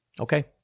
Okay